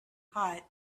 hot